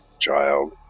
child